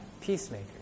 Peacemaker